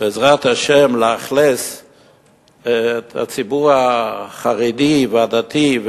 בעזרת השם לבנות בו בשביל הציבור החרדי והדתי,